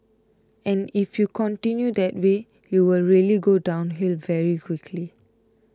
and if you continue that way you will really go downhill very quickly